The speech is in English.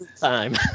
time